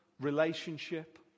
relationship